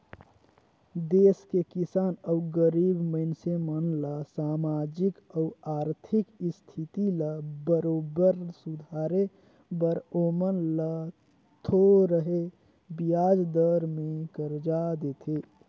देस के किसान अउ गरीब मइनसे मन ल सामाजिक अउ आरथिक इस्थिति ल बरोबर सुधारे बर ओमन ल थो रहें बियाज दर में करजा देथे